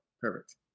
perfect